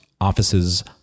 office's